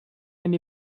même